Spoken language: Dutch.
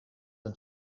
een